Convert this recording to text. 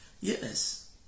Yes